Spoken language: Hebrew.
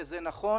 וזה נכון,